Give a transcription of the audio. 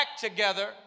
together